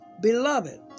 Beloved